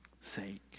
sake